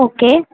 okay